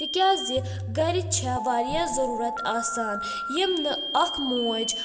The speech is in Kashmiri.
تِکیٛازِ گرِ چھےٚ واریاہ ضروٗرت آسان یِم نہٕ اکھ موج